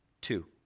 Two